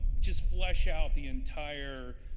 just flesh out the entire